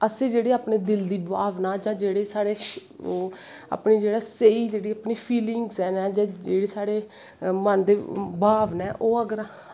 असें अपने दिल दी भावनां जां स्हेई जां अपनी फिलिंगस नै जेह्ड़े साढ़े मन दे भाव नै ओह् अगर